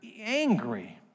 angry